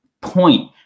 point